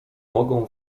mogą